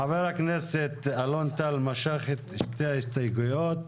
חבר הכנסת אלון משך את שתי ההסתייגויות.